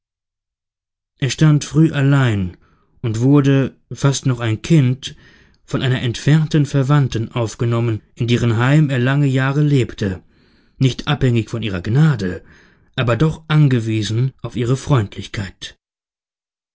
er stand früh allein und wurde fast noch ein kind von einer entfernten verwandten aufgenommen in deren heim er lange jahre lebte nicht abhängig von ihrer gnade aber doch angewiesen auf ihre freundlichkeit